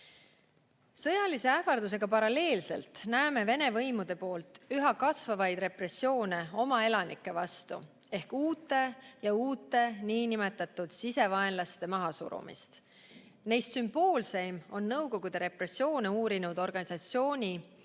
Sõjalise ähvardusega paralleelselt näeme Vene võimude poolt üha kasvavaid repressioone oma elanike vastu ehk uute ja uute niinimetatud sisevaenlaste mahasurumist. Neist sümboolseim on Nõukogude repressioone uurinud organisatsiooni